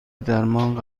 درمان